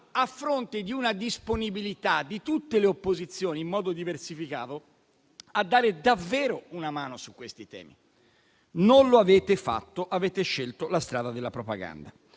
a fronte di una disponibilità di tutte le opposizioni, in modo diversificato, a dare davvero una mano su questi temi. Non lo avete fatto, colleghi, e avete scelto la strada della propaganda.